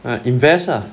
and invest ah